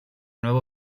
nuevo